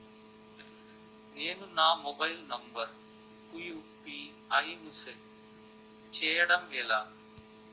నేను నా mobile number కుయు.పి.ఐ ను సెట్ చేయడం ఎలా?